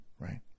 right